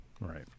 right